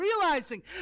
realizing